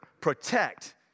protect